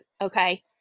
okay